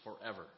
forever